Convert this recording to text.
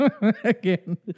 again